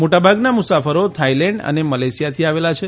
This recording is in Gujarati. મોટાભાગના મુસાફરો થાઇલેન્ડ અને મલેશિયાથી આવેલા છે